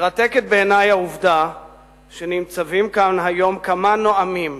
מרתקת בעיני העובדה שניצבים כאן היום כמה נואמים